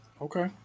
Okay